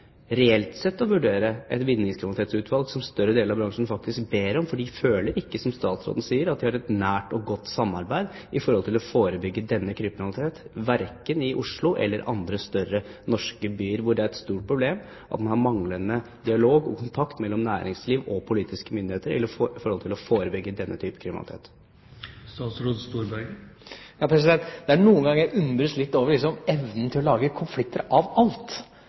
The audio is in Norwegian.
reelt sett, å vurdere et vinningskriminalitetsutvalg, som en større del av bransjen faktisk ber om, for de føler ikke, som statsråden sier, at de har et nært og godt samarbeid for å forebygge denne type kriminalitet, verken i Oslo eller i andre større norske byer. Det er et stort problem at det er manglende dialog og kontakt mellom næringsliv og politiske myndigheter for å forebygge denne type kriminalitet. Noen ganger undres jeg litt over evnen til å lage konflikter av alt.